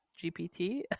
GPT